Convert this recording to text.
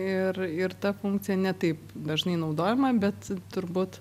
ir ir ta funkcija ne taip dažnai naudojama bet turbūt